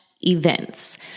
events